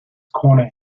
corner